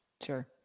Sure